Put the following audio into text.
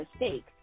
mistakes